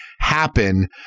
happen